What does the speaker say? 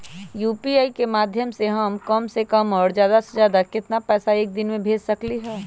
UPI के माध्यम से हम कम से कम और ज्यादा से ज्यादा केतना पैसा एक दिन में भेज सकलियै ह?